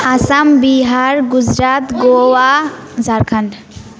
Assam Bihar Gujarat Goa Jharkhand